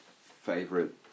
favorite